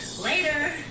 Later